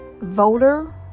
voter